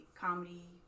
comedy